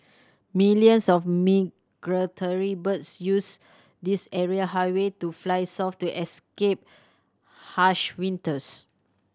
millions of migratory birds use this aerial highway to fly south to escape harsh winters